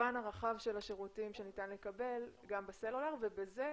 המגוון הרחב של השירותים שניתן לקבל גם בסלולר ובזה